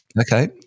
Okay